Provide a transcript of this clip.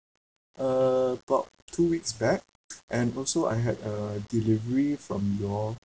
uh about two weeks back and also I had a delivery from you all